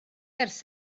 ers